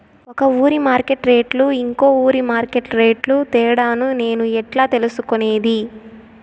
ఒక ఊరి మార్కెట్ రేట్లు ఇంకో ఊరి మార్కెట్ రేట్లు తేడాను నేను ఎట్లా తెలుసుకునేది?